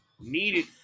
needed